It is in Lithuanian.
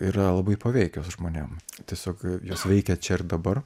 yra labai paveikios žmonėm tiesiog jos veikia čia ir dabar